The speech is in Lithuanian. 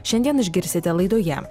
šiandien išgirsite laidoje